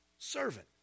servant